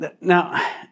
now